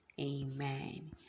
amen